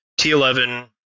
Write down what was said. T11